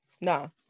No